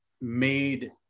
made